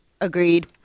Agreed